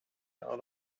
out